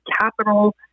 capital